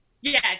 Yes